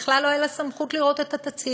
בכלל לא הייתה לה סמכות לראות את התצהיר.